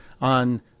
on